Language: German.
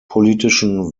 politischen